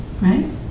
right